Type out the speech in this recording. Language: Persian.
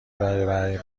بره